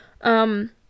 Um-